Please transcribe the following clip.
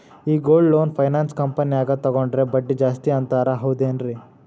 ಈ gold loan finance ಕಂಪನ್ಯಾಗ ತಗೊಂಡ್ರೆ ಬಡ್ಡಿ ಜಾಸ್ತಿ ಅಂತಾರ ಹೌದೇನ್ರಿ?